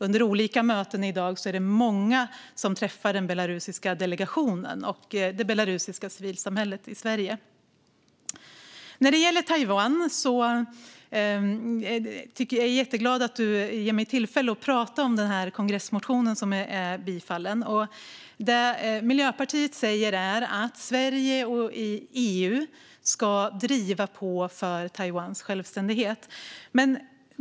Under olika möten i dag är det många som träffar den belarusiska delegationen och det belarusiska civilsamhället i Sverige. När det gäller Taiwan är jag jätteglad för att du, Joar Forssell, ger mig tillfälle att prata om den kongressmotion som bifölls där Miljöpartiet säger att Sverige och EU ska driva på för Taiwans självständighet.